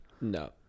no